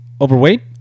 overweight